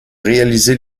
réaliser